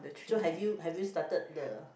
so have you have you started the